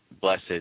blessed